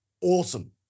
Awesome